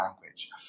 language